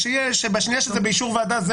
בשנייה שזה באישור ועדה זה